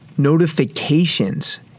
notifications